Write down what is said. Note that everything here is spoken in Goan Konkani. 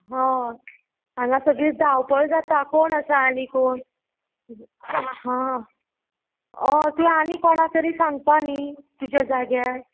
हो हांगा सगळी धावपळ जाता कोण आसा आनी कोण हां हय तुवें आनी कोणा तरी सांगपा न्ही तुज्या जाग्यार